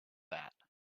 that